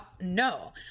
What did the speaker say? no